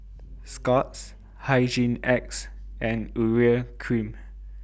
Scott's Hygin X and Urea Cream